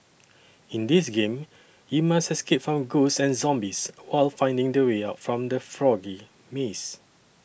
in this game you must escape from ghosts and zombies while finding the way out from the foggy maze